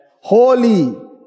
Holy